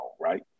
right